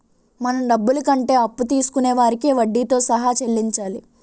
మన డబ్బులు కంటే అప్పు తీసుకొనే వారికి వడ్డీతో సహా చెల్లించాలి